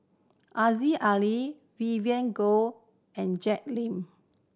Aziza Ali Vivien Goh and Jay Lim